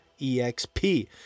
EXP